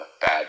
bad